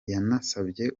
yanasabye